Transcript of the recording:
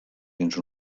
dins